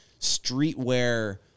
streetwear